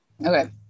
Okay